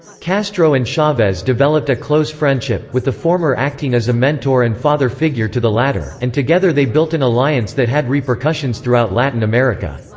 castro and chavez developed a close friendship, with the former acting as a mentor mentor and father-figure to the latter, and together they built an alliance that had repercussions throughout latin america.